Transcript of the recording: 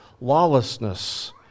lawlessness